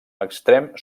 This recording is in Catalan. extrem